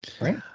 Right